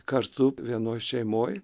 kartu vienoj šeimoj